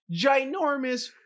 ginormous